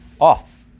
Off